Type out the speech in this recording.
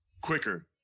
quicker